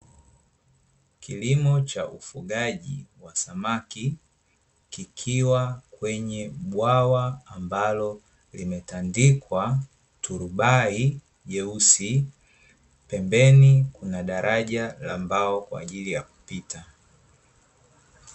Kilimo cha ufugaji wa samaki, kikiwa kwenye bwawa ambalo limetandikwa turubai jeusi pembeni kuna daraja la mbao kwa ajili ya kupita.